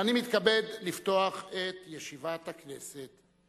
אני מתכבד לפתוח את ישיבת הכנסת.